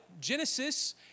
Genesis